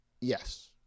yes